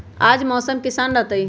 आज मौसम किसान रहतै?